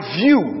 view